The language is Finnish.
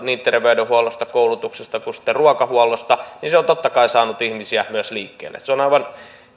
niin terveydenhuollosta koulutuksesta kuin ruokahuollosta ja se on totta kai saanut ihmisiä myös liikkeelle se on aivan